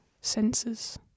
senses